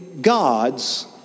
gods